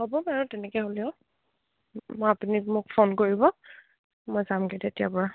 হ'ব বাৰু তেনেকৈ হ'লেও মই আপুনি মোক ফোন কৰিব মই যামগৈ তেতিয়াৰপৰা